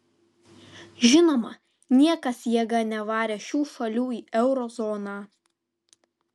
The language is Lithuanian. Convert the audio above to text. žinoma niekas jėga nevarė šių šalių į euro zoną